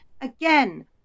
again